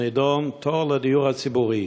הנדון: תור לדיור הציבורי.